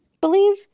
believe